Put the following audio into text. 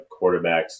quarterbacks